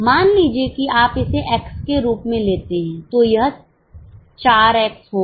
मान लीजिए कि आप इसे x के रूप में लेते हैं तो यह 4 x होगा